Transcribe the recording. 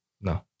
No